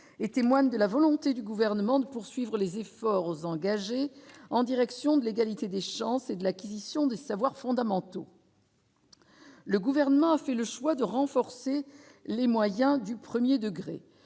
et témoigne de la volonté du gouvernement de poursuivre les efforts engagés en direction de l'égalité des chances et de l'acquisition de savoirs fondamentaux. Le gouvernement fait le choix de renforcer les moyens du 1er degré,